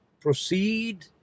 proceed